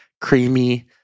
creamy